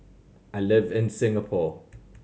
I live in Singapore